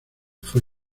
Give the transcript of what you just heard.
fue